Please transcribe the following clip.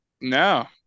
No